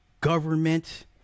government